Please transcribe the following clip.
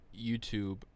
YouTube